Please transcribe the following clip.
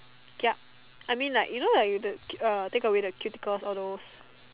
kiap I mean like you know like the you take away the cuticles all those